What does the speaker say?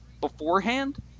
beforehand